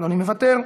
אדוני מוותר,